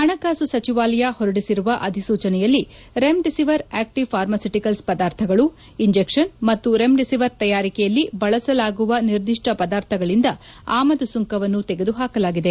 ಪಣಕಾಸು ಸಚಿವಾಲಯ ಹೊರಡಿಸಿರುವ ಅಧಿಸೂಚನೆಯಲ್ಲಿ ರೆಮ್ ಡಿಸಿವಿರ್ ಆಕ್ಷಿವ್ ಫಾರ್ಮಾಸ್ಯುಟಿಕಲ್ ಪದಾರ್ಥಗಳು ಇಂಜೆಕ್ಷನ್ ಮತ್ತು ರೆಮ್ ಡಿಸಿವಿರ್ ತಯಾರಿಕೆಯಲ್ಲಿ ಬಳಸಲಾಗುವ ನಿರ್ದಿಷ್ಟ ಪದಾರ್ಥಗಳಿಂದ ಆಮದು ಸುಂಕವನ್ನು ತೆಗೆದು ಹಾಕಲಾಗಿದೆ